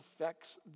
affects